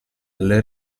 alle